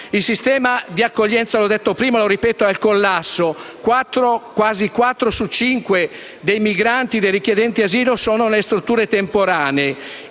Il sistema di accoglienza, come ho detto prima, è al collasso; quasi 4 su 5 dei migranti e richiedenti asilo sono nelle strutture temporanee.